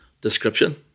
description